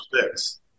six